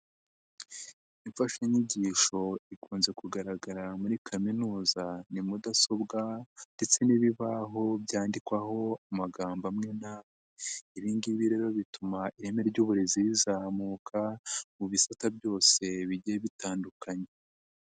Imfashanyigisho ikunze kugaragara muri kaminuza ni mudasobwa ndetse n'ibibaho byandikwaho amagambo amwe, ibi ngibi rero bituma ireme ry'uburezi rizamuka mu bisata byose bigiye bitandukanye.